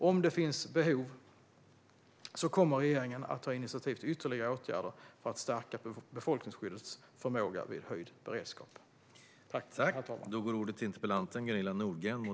Om det finns behov kommer regeringen att ta initiativ till ytterligare åtgärder för att stärka befolkningsskyddets förmåga vid höjd beredskap. Talmannen konstaterade att interpellanten inte var närvarande i kammaren och förklarade överläggningen avslutad.